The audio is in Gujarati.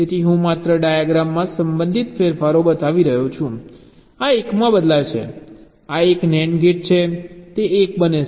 તેથી હું માત્ર ડાયાગ્રામમાં સંબંધિત ફેરફારો બતાવી રહ્યો છું આ 1 માં બદલાય છે આ એક NAND ગેટ છે તે 1 1 બને છે